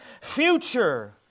future